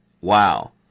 wow